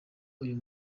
uyu